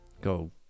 Go